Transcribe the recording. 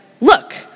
look